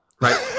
right